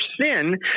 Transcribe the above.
sin